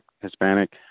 Hispanic